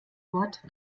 wort